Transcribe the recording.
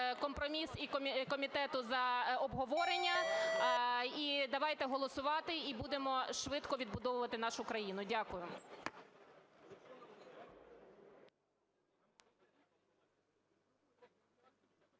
компроміс і комітету за обговорення. І давайте голосувати, і будемо швидко відбудовувати нашу країну. Дякую.